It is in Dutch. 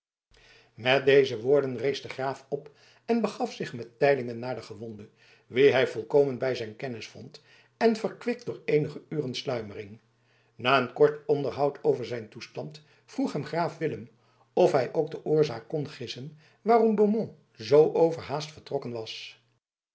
met deze woorden rees de graaf op en begaf zich met teylingen naar den gewonde wien hij volkomen bij zijn kennis vond en verkwikt door eenige uren sluimering na een kort onderhoud over zijn toestand vroeg hem graaf willem of hij ook de oorzaak kon gissen waarom beaumont zoo overhaast vertrokken was